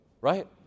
Right